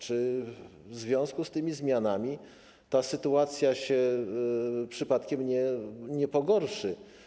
Czy w związku z tymi zmianami ta sytuacja przypadkiem się nie pogorszy?